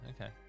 okay